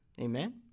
Amen